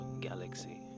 galaxy